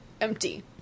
empty